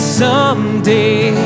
someday